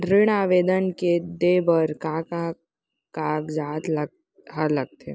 ऋण आवेदन दे बर का का कागजात ह लगथे?